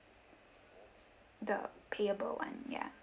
the payable one ya